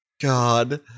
God